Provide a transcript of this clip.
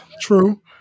true